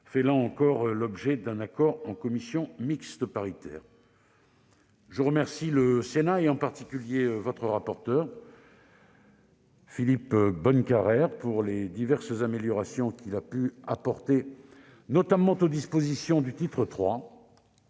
fait l'objet d'un accord en commission mixte paritaire, et je m'en réjouis. Je remercie le Sénat, et en particulier son rapporteur Philippe Bonnecarrère, pour les diverses améliorations qu'il a pu apporter notamment aux dispositions du titre